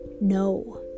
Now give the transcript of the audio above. No